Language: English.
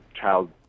child